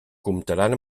comptaran